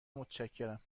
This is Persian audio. متشکرم